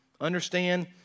Understand